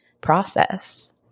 process